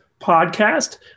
Podcast